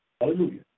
Hallelujah